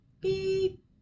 beep